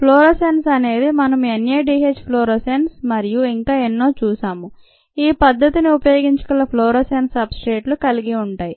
fluorescence అనేది మనము NADH fluorescence మరియు ఇంకా ఎన్నో చూసాము ఈ పద్ధతిని ఉపయోగించగల ఫ్లోరోసెన్స్ సబ్స్ట్రేట్లు కలిగి ఉంటాయి